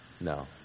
No